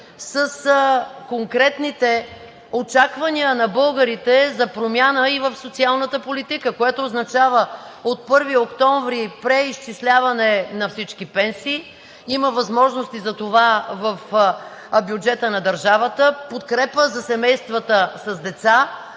с конкретните очаквания на българите за промяна и в социалната политика, което означава от 1 октомври преизчисляване на всички пенсии, има възможности за това в бюджета на държавата; подкрепа за семействата с деца